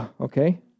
Okay